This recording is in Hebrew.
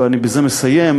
ואני בזה מסיים,